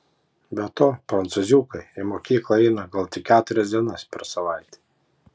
be to prancūziukai į mokyklą eina gal tik keturias dienas per savaitę